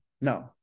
No